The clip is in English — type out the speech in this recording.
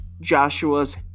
Joshua's